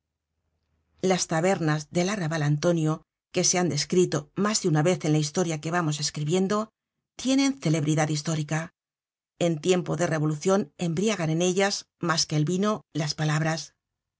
las tabernas del arrabal antonio que se han descrito mas de una vez en la historia que vamos escribiendo tienen celebridad histórica en tiempo de revolucion embriagan en ellas mas que el vino las palabras